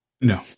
no